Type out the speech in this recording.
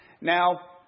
Now